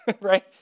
right